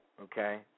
okay